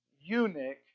eunuch